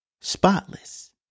spotless